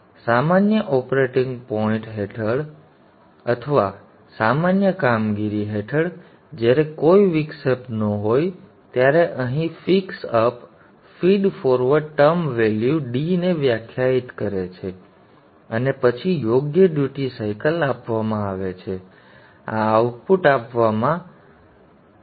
તેથી સામાન્ય operating point હેઠળ અથવા સામાન્ય કામગીરી હેઠળ જ્યારે કોઈ વિક્ષેપ ન હોય ત્યારે અહીં fix up feed forward term value dને વ્યાખ્યાયિત કરે છે અને પછી યોગ્ય ડ્યુટી સાયકલ આપવામાં આવે છે અને આ આઉટપુટ આપવાનું માનવામાં આવે છે